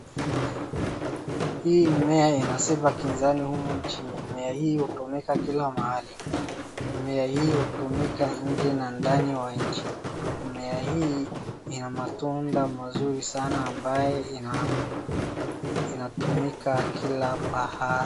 Hii mmea ina sifa kizani humu nchini. Mmea hii utumika kila mahali. Mmea hii utumika nje na ndani wa nchi. Mmea hii ina matunda mazuri sana ambaye inatumika kila pahali.